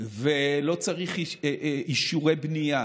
ולא צריך אישורי בנייה